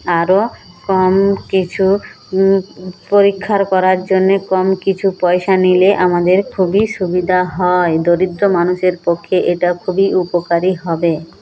আরো কম কিছু পরীক্ষার করার জন্যে কম কিছু পয়সা নিলে আমাদের খুবই সুবিধা হয় দরিদ্র মানুষের পক্ষে এটা খুবই উপকারী হবে